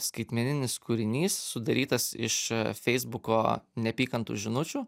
skaitmeninis kūrinys sudarytas iš feisbuko neapykantų žinučių